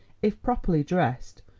if properly dressed,